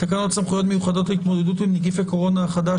תקנות סמכויות מיוחדות להתמודדות עם נגיף הקורונה החדש